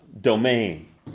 domain